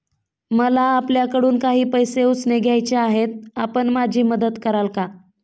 मला आपल्याकडून काही पैसे उसने घ्यायचे आहेत, आपण माझी मदत कराल का?